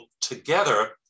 together